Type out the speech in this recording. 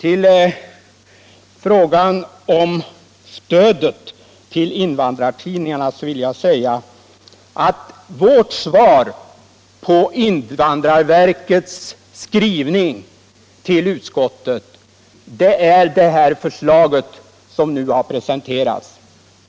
I fråga om stödet till invandrartidningarna vill jag påpeka att vårt svar på invandrarverkets skrivelse till utskottet är det förslag som nu presenterats.